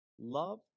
love